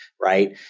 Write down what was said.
right